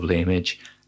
image